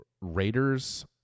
Raiders